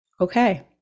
okay